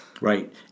Right